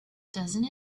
doesn’t